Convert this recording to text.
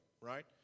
Right